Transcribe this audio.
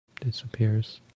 disappears